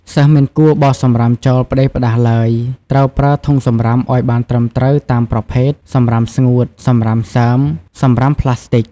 សិស្សមិនគួរបោះសំរាមចោលផ្ដេសផ្ដាសឡើយ ត្រូវប្រើធុងសំរាមឲ្យបានត្រឹមត្រូវតាមប្រភេទ សំរាមស្ងួត សំរាមសើម សំរាមប្លាស្ទិក។